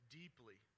deeply